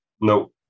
No